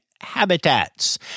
habitats